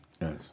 Yes